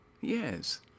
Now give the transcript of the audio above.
yes